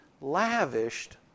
lavished